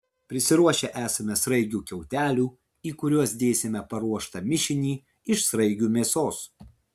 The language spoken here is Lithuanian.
prisiruošę esame sraigių kiautelių į kuriuos dėsime paruoštą mišinį iš sraigių mėsos